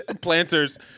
Planters